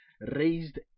raised